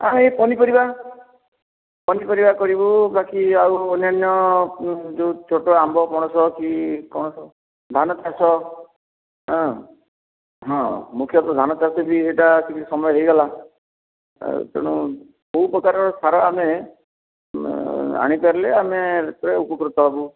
ଏହି ପନିପରିବା ପନିପରିବା କରିବୁ ବାକି ଆଉ ଅନ୍ୟାନ୍ୟ ଯେଉଁ ଛୋଟ ଆମ୍ବ କି ପଣସ ଧାନ ଚାଷ ହଁ ମୁଖ୍ୟତଃ ଧାନ ଚାଷ ବି ଏଇଟା କିଛି ସମୟ ହେଇଗଲା ଆଉ ତେଣୁ କେଉଁ ପ୍ରକାର ସାର ଆମେ ଆଣିପାରିଲେ ଆମେ ସେ ଉପକୃତ ହେବୁ